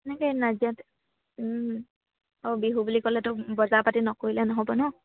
এনেকৈয়ে নাজিৰাতে আৰু বিহু বুলি ক'লেতো বজাৰ পাতি নকৰিলে নহ'ব ন